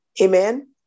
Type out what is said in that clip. Amen